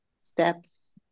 steps